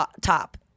top